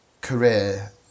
career